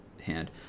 hand